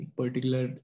particular